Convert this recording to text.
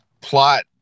plot